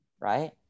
right